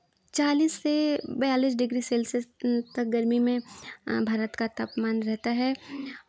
चालीस से बियालीस डिग्री सेल्सियस तक गर्मी में भारत का तापमान रहता है